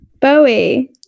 Bowie